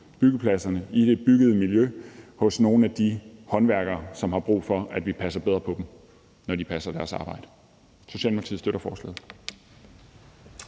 byggepladserne og i det byggede miljø hos nogle af de håndværkere, som har brug for, at vi passer bedre på dem, når de passer deres arbejde. Socialdemokratiet støtter forslaget.